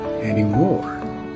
anymore